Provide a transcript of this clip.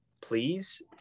please